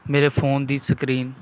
ਮੇਰੇ ਫੋਨ ਦੀ ਸਕਰੀਨ